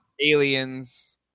Aliens